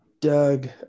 Doug